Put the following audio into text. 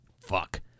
Fuck